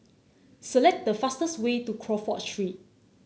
select the fastest way to Crawford Street